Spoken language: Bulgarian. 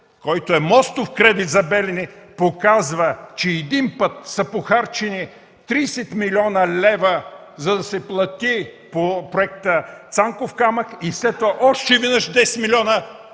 който е мостов кредит за „Белене”, показва, че един път са похарчени 30 млн. лв., за да се плати по проекта „Цанков камък” и след това още веднъж 10 милиона,